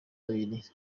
abiri